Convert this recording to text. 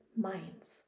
minds